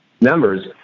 members